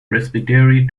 presbytery